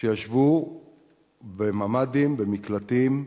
ישבו בממ"דים, במקלטים,